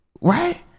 Right